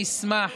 אני אשמח,